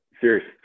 serious